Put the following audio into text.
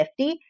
50